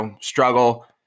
struggle